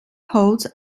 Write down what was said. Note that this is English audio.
holds